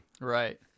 Right